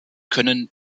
können